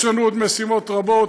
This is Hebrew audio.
יש לנו עוד משימות רבות.